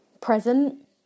present